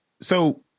So-